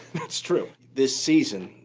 that's true. this season,